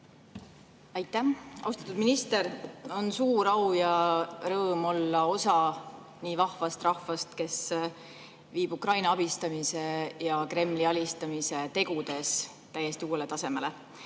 Aitäh, austatud minister! On suur au ja rõõm olla osa nii vahvast rahvast, kes viib Ukraina abistamise ja Kremli alistumise tegudes täiesti uuele tasemele.